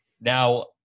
Now